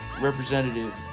Representative